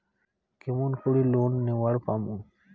কেমন করি লোন নেওয়ার পামু?